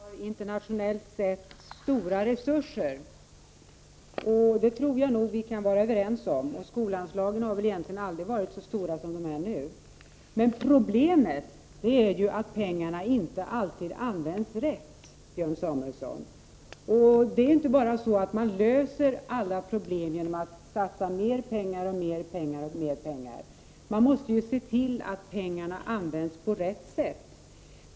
Herr talman! Den svenska skolan har internationellt sett stora resurser till sitt förfogande. Det tror jag nog att vi kan vara överens om. Skolanslagen har väl egentligen aldrig varit så höga som de är nu. Men problemet, Björn Samuelson, är att pengarna inte alltid används på rätt sätt. Man löser inte alla problem genom att satsa mer pengar och ytterligare mer pengar. Man måste se till att pengarna används på rätt sätt.